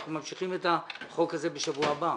אנחנו ממשיכים עם החוק הזה בשבוע הבא,